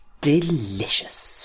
Delicious